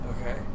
Okay